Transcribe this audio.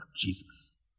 Jesus